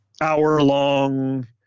hour-long